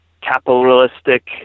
capitalistic